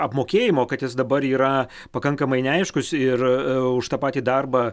apmokėjimo kad jis dabar yra pakankamai neaiškus ir už tą patį darbą